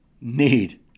need